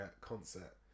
concert